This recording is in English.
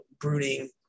brooding